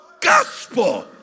Gospel